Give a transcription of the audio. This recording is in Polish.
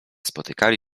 spotykali